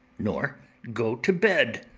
nor go to bed,